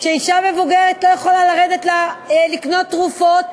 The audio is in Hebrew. שאישה מבוגרת לא יכולה לרדת לקנות תרופות,